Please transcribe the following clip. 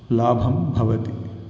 लाभं भवति